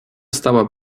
stała